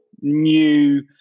new